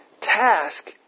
task